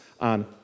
on